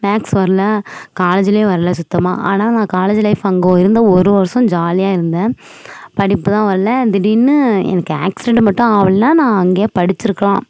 maths வரல காலேஜுலயும் வரல சுத்தமாக ஆனால் நான் காலேஜ் லைஃப் அங்கே இருந்த ஒரு வருஷம் ஜாலியாக இருந்தேன் படிப்பு தான் வரல திடீர்னு எனக்கு ஆக்சிடெண்ட்டு மட்டும் ஆகலனா நான் அங்கேயே படிச்சிருக்கலாம்